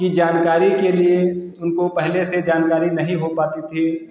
की जानकारी के लिए उनको पहले से जानकारी नहीं हो पाती थी